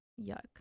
yuck